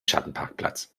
schattenparkplatz